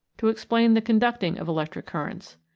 to explain the conducting of electric currents.